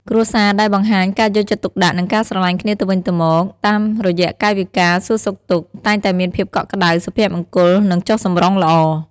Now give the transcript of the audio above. គ្រួសារដែលបង្ហាញការយកចិត្តទុកដាក់ និងការស្រឡាញ់គ្នាទៅវិញទៅមកតាមរយៈកាយវិការសួរសុខទុក្ខ តែងតែមានភាពកក់ក្ដៅ សុភមង្គល និងចុះសម្រុងល្អ។